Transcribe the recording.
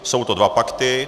Jsou to dva pakty.